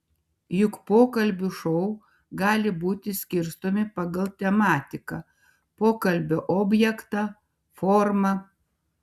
juk pokalbių šou gali būti skirstomi pagal tematiką pokalbio objektą formą